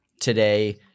today